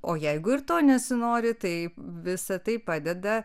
o jeigu ir to nesinori tai visa tai padeda